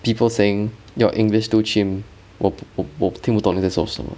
people saying your english too chim 我我我听不懂你在说什么